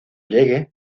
llegue